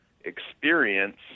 experience